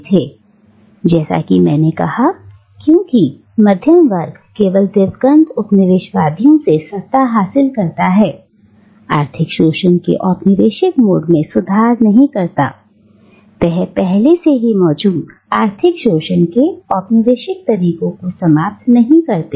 अब जैसा कि मैंने कहा क्योंकि मध्यमवर्ग केवल दिवंगत उपनिवेश वादियों से सत्ता हासिल करता है आर्थिक शोषण के औपनिवेशिक मोड में सुधार नहीं करते हैं वे पहले से ही मौजूद आर्थिक शोषण के औपनिवेशिक तरीकों को समाप्त नहीं करते हैं